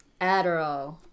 Adderall